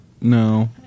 no